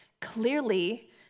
Clearly